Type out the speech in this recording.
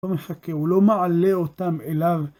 הוא לא מעלה אותם אליו.